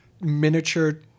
miniature